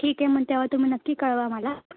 ठीक आहे मग त्यावर तुम्ही नक्की कळवा मला